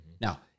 Now